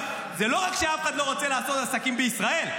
זה לא רק שאף אחד לא רוצה לעשות עסקים בישראל.